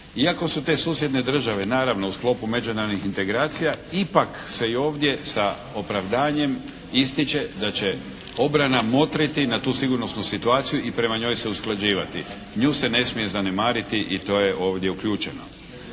Iako su te susjedne države naravno u sklopu međunarodnih integracija ipak se i ovdje sa opravdanjem ističe da će obrana motriti na tu sigurnosnu situaciju i prema njoj se usklađivati. Nju se ne smije zanemariti i to je ovdje uključeno.